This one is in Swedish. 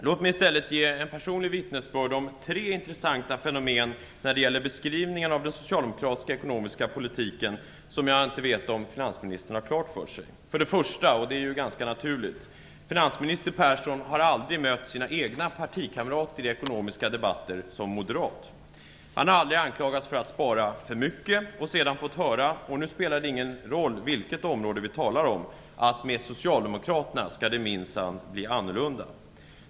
Låt mig i stället ge ett personligt vittnesbörd om tre intressanta fenomen när det gäller beskrivningen av den socialdemokratiska ekonomiska politiken som jag inte vet om finansministern har klart för sig. För det första har finansminister Persson aldrig - och det är ju ganska naturligt - mött sina egna partikamrater i ekonomiska debatter som moderat. Han har aldrig anklagats för att spara för mycket och sedan fått höra - och nu spelar det ingen roll vilket område vi talar om - att med socialdemokraterna skall det minsann bli annorlunda.